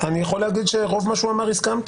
אני יכול להגיד שעם רוב מה שהוא אמר הסכמתי,